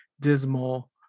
dismal